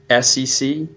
SEC